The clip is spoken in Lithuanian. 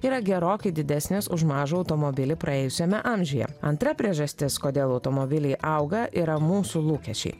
yra gerokai didesnis už mažą automobilį praėjusiame amžiuje antra priežastis kodėl automobiliai auga yra mūsų lūkesčiai